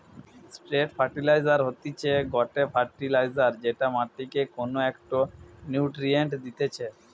straight fertiliser হতিছে গটে fertiliser যেটা মাটিকে কোনো একটো নিউট্রিয়েন্ট দিতেছে